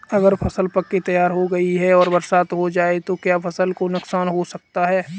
अगर फसल पक कर तैयार हो गई है और बरसात हो जाए तो क्या फसल को नुकसान हो सकता है?